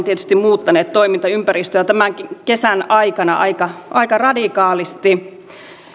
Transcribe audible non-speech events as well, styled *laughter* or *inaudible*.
*unintelligible* tietysti muuttaneet toimintaympäristöä tämänkin kesän aikana aika aika radikaalisti